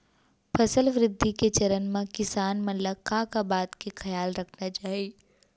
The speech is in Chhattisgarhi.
फसल वृद्धि के चरण म किसान मन ला का का बात के खयाल रखना चाही?